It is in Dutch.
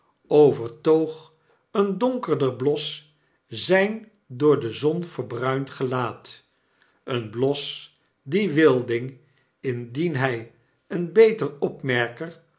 overtoog een donkerder bios zijn door de zon verbruind gelaat een bios dien wilding indien hg een beter opmerker